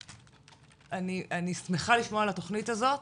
אני שמחה לשמוע על התוכנית הזאת,